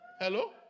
Hello